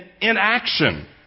inaction